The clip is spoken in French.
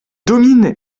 domine